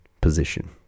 position